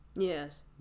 Yes